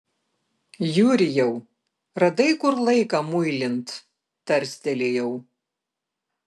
jurijau radai kur laiką muilint tarstelėjau